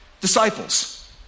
disciples